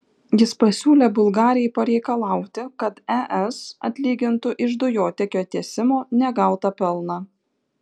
jis pasiūlė bulgarijai pareikalauti kad es atlygintų iš dujotiekio tiesimo negautą pelną